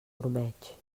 ormeig